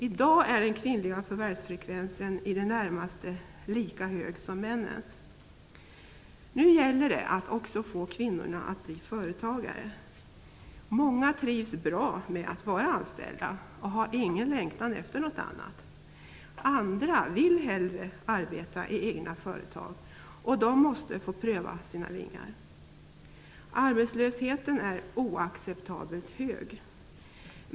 I dag är kvinnornas förvärvsfrekvens i det närmaste lika hög som männens. Nu gäller det att också få kvinnor att bli företagare. Många trivs bra med att vara anställda och har ingen längtan efter något annat. Men andra vill hellre arbeta i egna företag, och de måste få pröva sina vingar. Arbetslösheten är oacceptabelt hög.